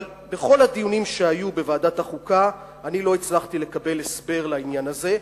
אבל בכל הדיונים שהיו בוועדת החוקה אני לא הצלחתי לקבל הסבר לעניין הזה.